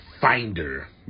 finder